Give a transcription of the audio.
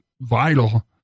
vital